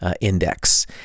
Index